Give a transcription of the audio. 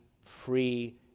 free